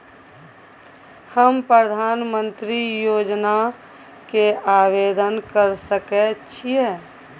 हम प्रधानमंत्री योजना के आवेदन कर सके छीये?